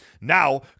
Now